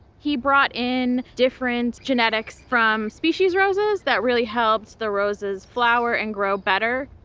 he brought in different genetics from species roses that really helped the roses flower and grow better.